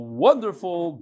wonderful